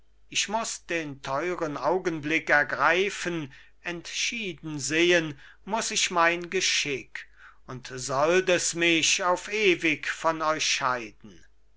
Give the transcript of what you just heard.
ich muss den teuren augenblick ergreifen entschieden sehen muss ich mein geschick und sollt es mich auf ewig von euch scheiden